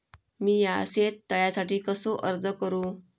मीया शेत तळ्यासाठी कसो अर्ज करू?